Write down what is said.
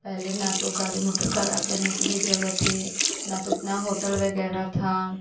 पहले ना तो गाड़ी मोटर खड़ा करने के लिए जगह थी ना तो उतना होटल वग़ैरह था